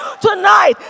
Tonight